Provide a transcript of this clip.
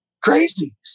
crazy